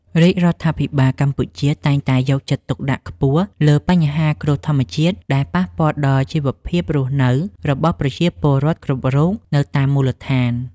រាជរដ្ឋាភិបាលកម្ពុជាតែងតែយកចិត្តទុកដាក់ខ្ពស់លើបញ្ហាគ្រោះធម្មជាតិដែលប៉ះពាល់ដល់ជីវភាពរស់នៅរបស់ប្រជាពលរដ្ឋគ្រប់រូបនៅតាមមូលដ្ឋាន។